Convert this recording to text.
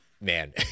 man